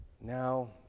now